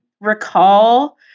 recall